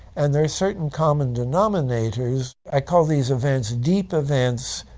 and there are certain common denominators. i call these events deep events.